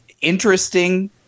interesting